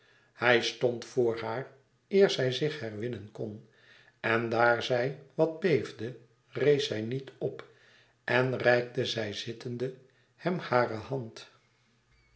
hij stond voor haar eer zij zich herwinnen kon en daar zij wat beefde rees zij niet op en reikte zij zittende hem hare hand